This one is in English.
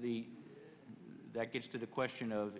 the that gets to the question of